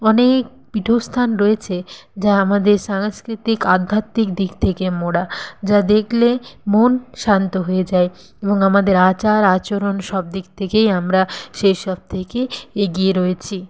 অনেক পীঠস্থান রয়েছে যা আমাদের সাংস্কৃতিক আধ্যাত্মিক দিক থেকে মোড়া যা দেখলে মন শান্ত হয়ে যায় এবং আমাদের আচার আচরণ সব দিক থেকেই আমরা সেই সব থেকে এগিয়ে রয়েছি